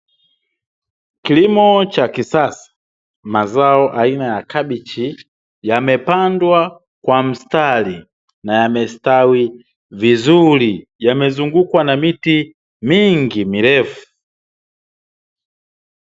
Kilimo cha kisasa, mazao aina ya kabichi yamepandwa kwa mstari na yamestawi vizuri , yamezungukwa na miti mingi mirefu.